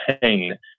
pain